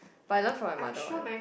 but I learn from my mother one